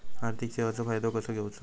आर्थिक सेवाचो फायदो कसो घेवचो?